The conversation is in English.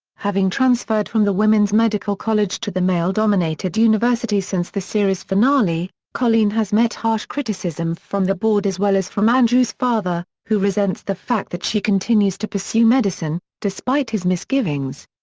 having transferred from the women's medical college to the male dominated university since the series finale, colleen has met harsh criticism from the board as well as from andrew's father, who resents the fact that she continues to pursue medicine, despite his misgivings.